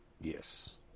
Yes